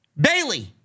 Bailey